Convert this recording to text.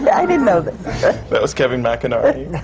i didn't know that. that was kevin mcanarney,